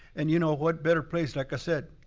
and you know what better place, like i said,